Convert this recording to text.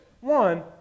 One